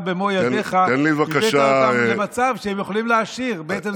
אתה במו ידיך הבאת אותם למצב שהם יכולים להעשיר בעצם זה שפרשת מההסכם.